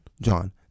John